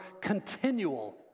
continual